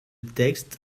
texte